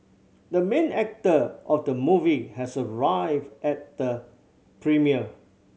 the main actor of the movie has arrived at the premiere